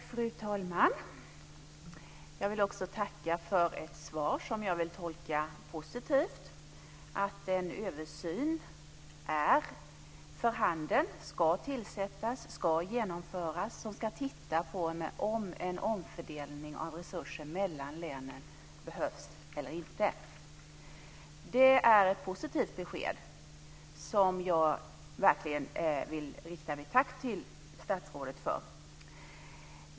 Fru talman! Jag vill tacka för ett svar som jag vill tolka positivt. En översyn ska genomföras som ska titta på om en omfördelning av resurser mellan länen behövs eller inte. Det är ett positivt besked som jag verkligen vill rikta mitt tack till statsrådet för.